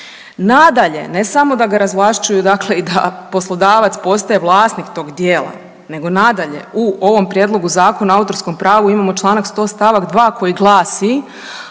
Nadalje, ne samo da ga razvlašćuje i dakle da poslodavac postaje vlasnik tog dijela, nego nadalje u ovom prijedlogu zakona o autorskom pravu imamo članak 100. stavak 2. koji glasi: